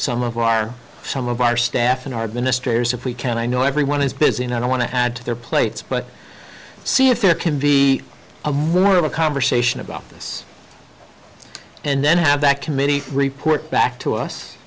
are some of our staff and our ministers if we can i know everyone is busy and i don't want to add to their plates but see if there can be a more of a conversation about this and then have that committee report back to us